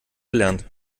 gelernt